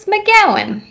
McGowan